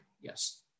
Yes